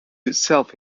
itself